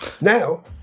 Now